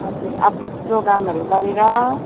हजुर अब प्रोगामहरू गरेर